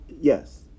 Yes